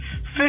fish